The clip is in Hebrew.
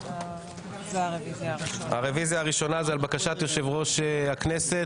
הרוויזיה הראשונה היא על בקשת יושב-ראש הכנסת.